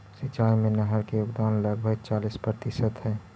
सिंचाई में नहर के योगदान लगभग चालीस प्रतिशत हई